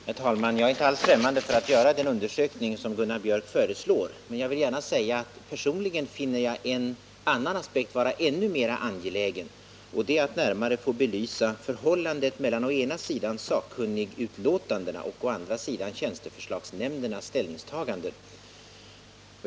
Herr talman! Jag är inte alls främmande för att göra den undersökning som Gunnar Biörck i Värmdö föreslår, men personligen finner jag en annan aspekt vara ännu mera angelägen, nämligen att närmare belysa förhållandet mellan å ena sidan sakkunnigutlåtandena och å andra sidan tjänsteförslagsnämndernas ställningstaganden.